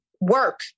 work